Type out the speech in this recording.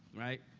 right?